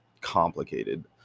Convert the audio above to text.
complicated